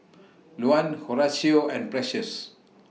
Luann Horacio and Precious